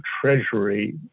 treasury